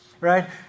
Right